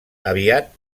aviat